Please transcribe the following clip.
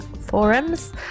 forums